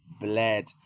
bled